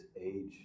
age